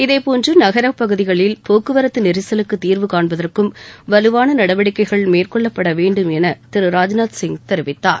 இதேபோன்று நகரப் பகுதிகளில் போக்குவரத்து நெரிசலுக்குத் தீர்வு காண்பதற்கும் வலுவான நடவடிக்கைகள் மேற்கொள்ளப்பட வேண்டும் என திரு ராஜ்நாத்சிங் தெரிவித்தார்